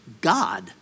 God